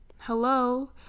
Hello